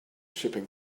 shipping